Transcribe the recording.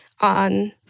on